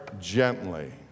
gently